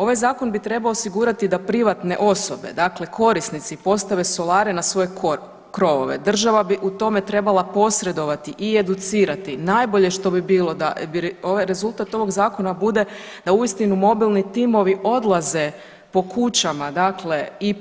Ovaj zakon bi trebao osigurati da privatne osobe, dakle korisnici postave solare na svoje krovove, država bi u tome trebala posredovati i educirati najbolje što bi bilo da rezultat ovaj zakona bude da uistinu mobilni timovi odlaze po kućama, dakle i